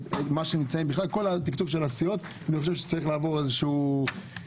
כל התקצוב של הסיעות צריך לעבור איזשהו